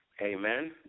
Amen